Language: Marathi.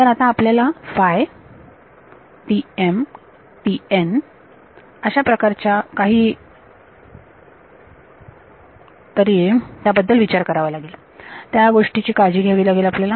तर आता आपल्याला अशाप्रकारच्या काही तर बद्दल विचार करावा लागेल त्याच गोष्टीबद्दल काळजी घ्यावी लागेल आपल्याला